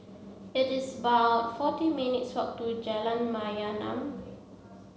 it is about forty minutes' walk to Jalan Mayaanam